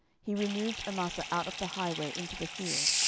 he removed amasa out of the highway into the field,